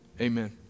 amen